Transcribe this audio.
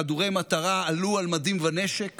חדורי מטרה, עלו על מדים ונשק